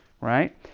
right